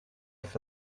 for